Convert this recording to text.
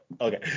Okay